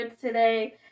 today